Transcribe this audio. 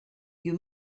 you